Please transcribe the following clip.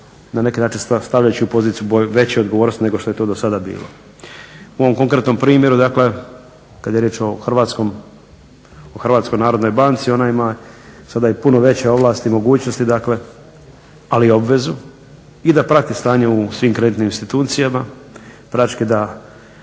na neki način stavljajući u poziciju veće odgovornosti nego što je to do sada bilo. U ovom konkretnom primjeru kada je riječ o HNB-u ona ima sada puno veće ovlasti i mogućnosti ali i obvezu i da prati stanje u svim kreditnim institucijama, praktički da